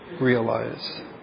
realize